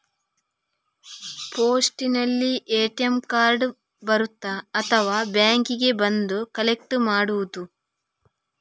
ಪೋಸ್ಟಿನಲ್ಲಿ ATM card ಬರುತ್ತಾ ಅಥವಾ ಬ್ಯಾಂಕಿಗೆ ಬಂದು ಕಲೆಕ್ಟ್ ಮಾಡುವುದು?